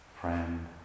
friend